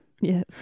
Yes